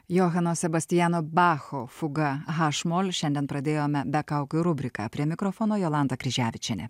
johano sebastiano bacho fug haš mol šiandien pradėjome be kaukių rubriką prie mikrofono jolanta kryževičienė